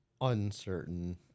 uncertain